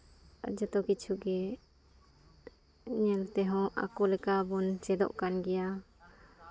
ᱟᱨ ᱡᱚᱛᱚ ᱠᱤᱪᱷᱩ ᱜᱮ ᱧᱮᱞ ᱛᱮᱦᱚᱸ ᱟᱠᱚ ᱞᱮᱠᱟ ᱵᱚᱱ ᱪᱮᱫᱚᱜ ᱠᱟᱱ ᱜᱮᱭᱟ